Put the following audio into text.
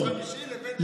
לא,